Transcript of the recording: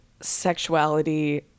sexuality